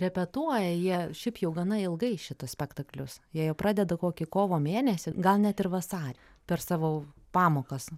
repetuoja jie šiaip jau gana ilgai šitus spektaklius jei jau pradeda kokį kovo mėnesį gal net ir vasarį per savo pamokas